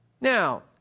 Now